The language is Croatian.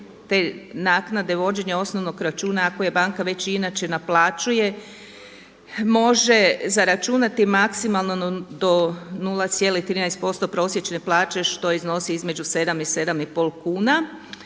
te naknade vođenja osnovnog računa ako banka već i inače naplaćuje može zaračunati maksimalno do 0,13% prosječne plaće što iznosi između 7 i 7 i pol kuna.